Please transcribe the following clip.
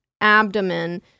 abdomen